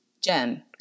Jen